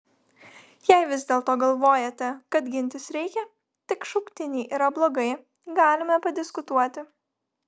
jei vis dėlto galvojate kad gintis reikia tik šauktiniai yra blogai galime padiskutuoti